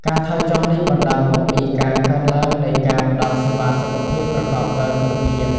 ការថយចុះនេះបណ្តាលមកពីការកើនឡើងនៃការផ្តល់សេវាសុខភាពប្រកបដោយគុណភាព។